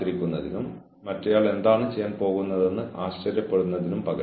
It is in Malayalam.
അവ ഓരോന്നും നമ്മൾ പിന്നീട് കൂടുതൽ വിശദമായി കൈകാര്യം ചെയ്യും